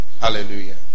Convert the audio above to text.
hallelujah